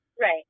Right